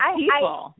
people